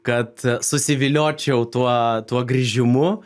kad susiviliočiau tuo tuo grįžimu